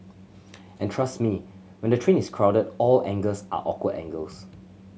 and trust me when the train is crowded all angles are awkward angles